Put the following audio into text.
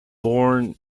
born